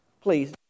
please